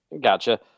Gotcha